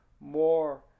more